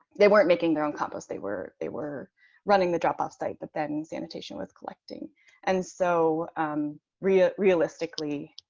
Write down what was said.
they weren't making their own compost, they were they were running the drop off site, but then sanitation with collecting and so really ah realistically